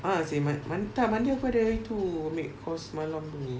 I want to say mon~ mon~ tak monday aku ada itu ambil course malam tu